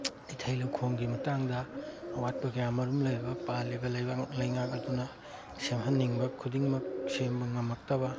ꯏꯊꯩ ꯂꯧꯈꯣꯡꯒꯤ ꯃꯇꯥꯡꯗ ꯑꯋꯥꯠꯄ ꯀꯌꯥ ꯃꯔꯨꯝ ꯂꯩꯔꯕ ꯄꯥꯜꯂꯤꯕ ꯂꯩꯕꯥꯛ ꯂꯩꯉꯥꯛ ꯑꯗꯨꯅ ꯁꯦꯝꯍꯟꯅꯤꯡꯕ ꯈꯨꯗꯤꯡꯃꯛ ꯁꯦꯝꯕ ꯉꯝꯃꯛꯇꯕ